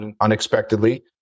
unexpectedly